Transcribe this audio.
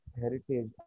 heritage